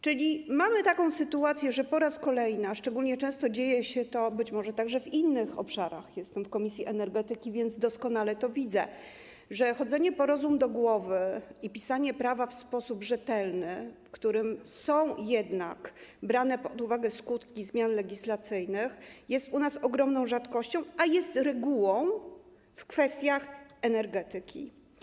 Czyli mamy taką sytuację, że po raz kolejny - szczególnie często dzieje się to być może także w innych obszarach, jestem w komisji do spraw energii, więc doskonale to widzę - chodzenie po rozum do głowy i pisanie prawa w sposób rzetelny, w którym są jednak brane pod uwagę skutki zmian legislacyjnych, jest u nas ogromną rzadkością, a jest regułą w kwestiach energetyki.